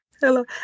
Hello